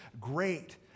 great